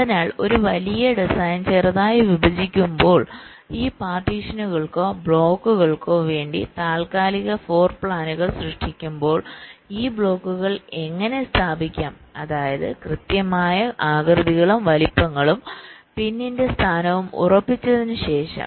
അതിനാൽ ഒരു വലിയ ഡിസൈൻ ചെറുതായി വിഭജിക്കുമ്പോൾ ഈ പാർട്ടീഷനുകൾക്കോ ബ്ലോക്കുകൾക്കോ വേണ്ടി താൽക്കാലിക ഫ്ലോർപ്ലാനുകൾ സൃഷ്ടിക്കുമ്പോൾ ഈ ബ്ലോക്കുകൾ എങ്ങനെ സ്ഥാപിക്കാം അതായത് കൃത്യമായ ആകൃതികളും വലുപ്പങ്ങളും പിന്നിന്റെ സ്ഥാനവും ഉറപ്പിച്ചതിന് ശേഷം